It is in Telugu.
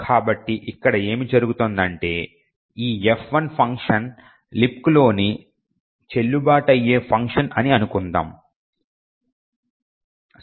కాబట్టి ఇక్కడ ఏమి జరుగుతుందంటే ఈ F1 ఫంక్షన్ లిబ్క్లో చెల్లుబాటు అయ్యే ఫంక్షన్ అని అనుకుంటుంది